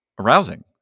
arousing